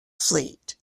fleet